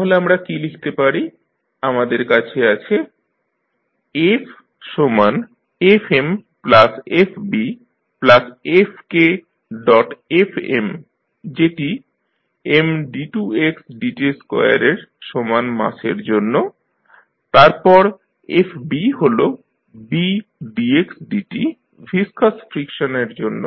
তাহলে আমরা কী লিখতে পারি আপনাদের কাছ আছে FFmFbFk Fm যেটি Md2xdt2 এর সমান মাসের জন্য তারপর Fb হল Bdxdt ভিসকাস ফ্রিকশনের জন্য